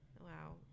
wow